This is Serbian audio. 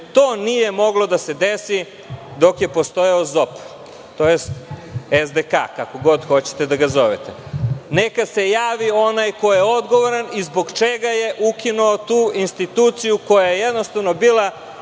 to nije moglo da se desi dok je postao ZOP, tj. SDK, kako god hoćete da ga zovete. Neka se javi onaj koji je odgovoran i zbog čega je ukinuo tu instituciju koja je jednostavno bila